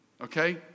okay